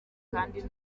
kandi